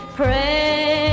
pray